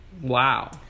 Wow